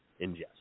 ingest